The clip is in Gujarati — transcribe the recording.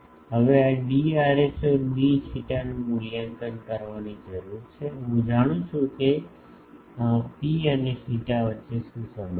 હવે આ d rho d theta નું મૂલ્યાંકન કરવાની જરૂર છે હું જાણું છું કે ρ અને θ વચ્ચે શું સંબંધ છે